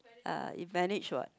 uh you managed what